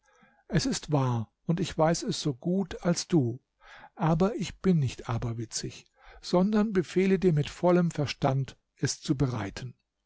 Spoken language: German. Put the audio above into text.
es ist wahr und ich weiß es so gut als du aber ich bin nicht aberwitzig sondern befehle dir mit vollem verstand es